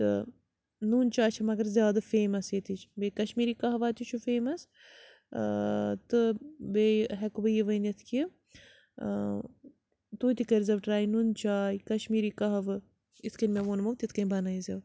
تہٕ نوٗن چاے چھِ مگر زیادٕ فیمَس ییٚتِچ بیٚیہِ کشمیٖری کَہوَہ تہِ چھُ فیمَس تہٕ بیٚیہِ ہیٛکہٕ بہٕ یہِ ؤنِتھ کہِ تُہۍ تہِ کٔرۍ زیو ٹرٛے نُن چاے کَشمیٖری کَہوٕ اِتھ کٔنۍ مےٚ ووٚنمو تِتھ کٔنۍ بَنٲیزیو